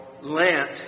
Lent